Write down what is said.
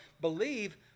believe